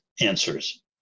answers